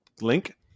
link